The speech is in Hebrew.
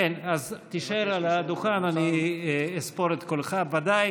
תישאר על הדוכן, אני אספור את קולך, ודאי.